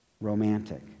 romantic